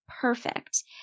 perfect